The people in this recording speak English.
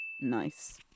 Nice